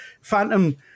phantom